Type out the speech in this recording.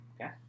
Okay